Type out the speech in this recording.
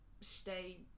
stay